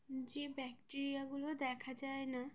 যে ব্যাকটেরিয়াগুলো দেখা যায় না